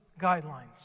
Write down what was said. guidelines